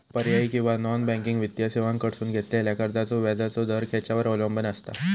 पर्यायी किंवा non banking वित्तीय सेवांकडसून घेतलेल्या कर्जाचो व्याजाचा दर खेच्यार अवलंबून आसता?